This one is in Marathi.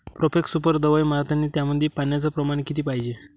प्रोफेक्स सुपर दवाई मारतानी त्यामंदी पान्याचं प्रमाण किती पायजे?